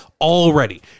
already